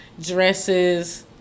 dresses